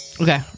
Okay